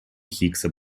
хиггса